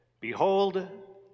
Behold